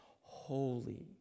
Holy